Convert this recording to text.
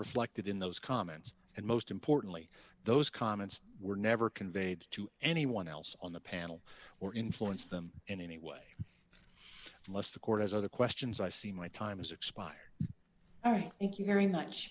reflected in those comments and most importantly those comments were never conveyed to anyone else on the panel or influence them in any way unless the court has other questions i see my time is expired